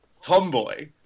tomboy